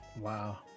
Wow